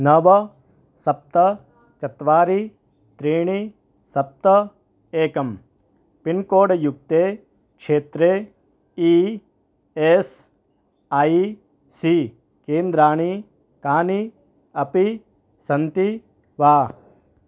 नव सप्त चत्वारि त्रीणि सप्त एकं पिन्कोड युक्ते क्षेत्रे ई एस् ऐ सी केन्द्राणि कानि अपि सन्ति वा